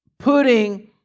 putting